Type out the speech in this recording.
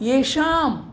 येषाम्